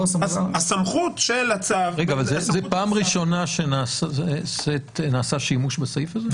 הסמכות של הצו --- זו פעם ראשונה שנעשה שימוש בסעיף הזה?